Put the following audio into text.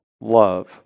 love